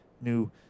new